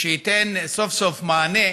שייתן סוף-סוף מענה